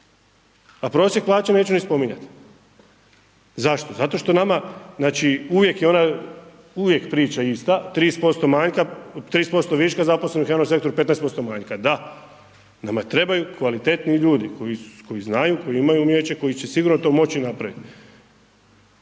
a prosjek plaće neću ni spominjati. Zašto, zato što nama, znači uvijek je ona, uvijek priča ista, 30% manjka, 30% viška zaposlenih u euro sektoru, 15% manjka, da, nama trebaju kvalitetni ljudi koji znaju, koji imaju umijeće koji će sigurno to moći napraviti.